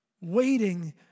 Waiting